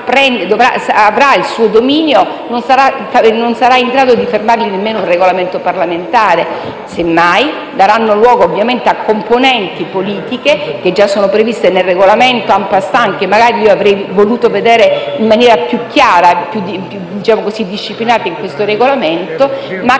avrà il suo dominio, non sarà in grado di fermarle neanche un Regolamento parlamentare. Semmai, daranno luogo ovviamente a componenti politiche, che già sono previste nel Regolamento *en passant*, e che magari avrei voluto vedere in maniera più chiara e disciplinata in questo Regolamento. Ma